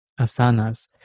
asanas